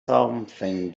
something